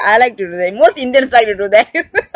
I like to do that most indians like to do that